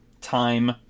time